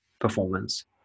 performance